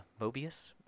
Mobius